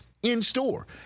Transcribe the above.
in-store